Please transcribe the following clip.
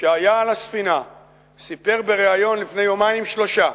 שהיה על הספינה סיפר בריאיון לפני יומיים-שלושה,